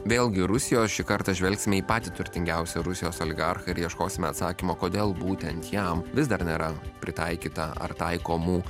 vėlgi rusijos šį kartą žvelgsime į patį turtingiausią rusijos oligarchą ir ieškosime atsakymo kodėl būtent jam vis dar nėra pritaikyta ar taikomų